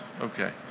Okay